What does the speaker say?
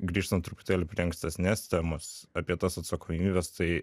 grįžtant truputėlį prie ankstesnės temos apie tas atsakomybes tai